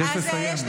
תסתכלי על ספר הספרים,